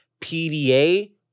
PDA